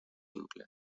inclán